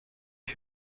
you